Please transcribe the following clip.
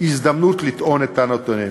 הזדמנות לטעון את טענותיהם.